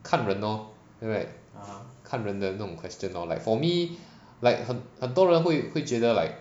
看人 lor right 看人的那种 question lor like for me like 很很多人会会觉得 like